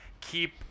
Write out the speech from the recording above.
keep